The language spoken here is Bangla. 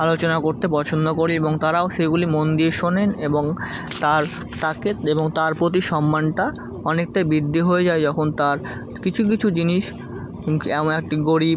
আলোচনা করতে পছন্দ করি এবং তারাও সেইগুলি মন দিয়ে শোনেন এবং তার তাকে এবং তার প্রতি সম্মানটা অনেকটা বৃদ্ধি হয়ে যায় যখন তার কিছু কিছু জিনিস এমন একটি গরিব